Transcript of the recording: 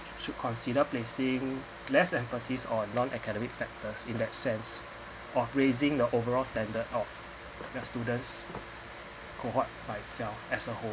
should consider placing less emphasis on non academic factors in that sense of raising the overall standard of their students cohort by itself as a whole